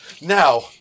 Now